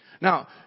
Now